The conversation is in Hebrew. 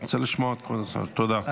אני רוצה לשמוע את כבוד השר, תודה.